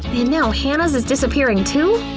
and now hannah's is disappearing too!